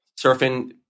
surfing